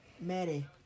Maddie